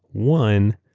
one,